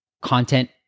content